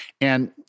And-